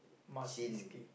gin